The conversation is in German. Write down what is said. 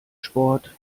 sport